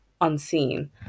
unseen